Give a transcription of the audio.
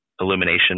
illumination